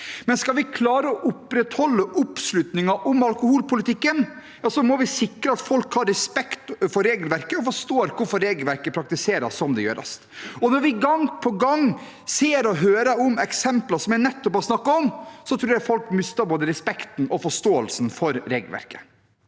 Men skal vi klare å opprettholde oppslutningen om alkoholpolitikken, må vi sikre at folk har respekt for regelverket og forstår hvorfor regelverket praktiseres som det gjør. Når vi gang på gang ser og hører om eksempler som dem jeg nettopp snakket om, tror jeg folk mister både respekten og forståelsen for regelverket.